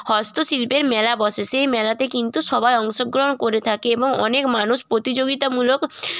হস্তশিল্পের মেলা বসে সেই মেলাতে কিন্তু সবাই অংশগ্রহণ করে থাকে এবং অনেক মানুষ প্রতিযোগিতামূলক